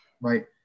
right